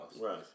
right